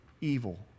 evil